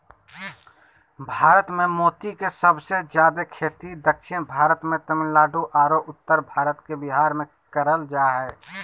भारत मे मोती के सबसे जादे खेती दक्षिण भारत मे तमिलनाडु आरो उत्तर भारत के बिहार मे करल जा हय